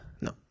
no